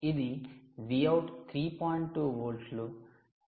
2 వోల్ట్ల వద్ద సెట్ అవ్వాలి